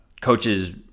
Coaches